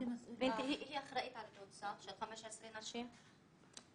15 נשים.